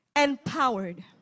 empowered